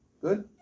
Good